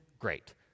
Great